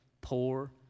poor